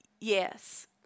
yes